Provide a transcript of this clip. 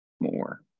more